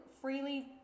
freely